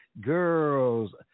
girls